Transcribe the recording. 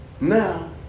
Now